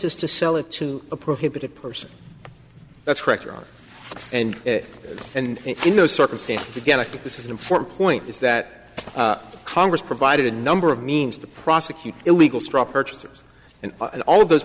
is to sell it to a prohibited person that's correct your honor and and in those circumstances again i think this is an important point is that congress provided a number of means to prosecute illegal straw purchasers and all of those